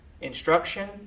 instruction